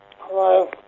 Hello